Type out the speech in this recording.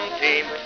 team